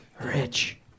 Rich